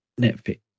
Netflix